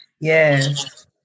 Yes